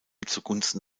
zugunsten